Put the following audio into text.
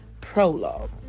Prologue